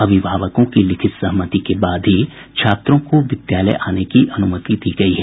अभिभावकों की लिखित सहमति के बाद ही छात्रों को विद्यालय आने की अनुमति दी गयी है